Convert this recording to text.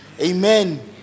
amen